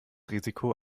risiko